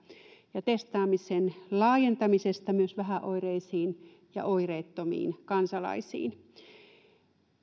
ja testaamisen laajentamisesta myös vähäoireisiin ja oireettomiin kansalaisiin